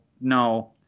no